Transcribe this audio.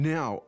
Now